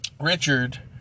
Richard